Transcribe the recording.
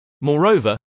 Moreover